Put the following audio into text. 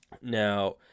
Now